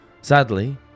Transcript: Sadly